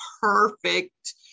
perfect